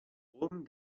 oben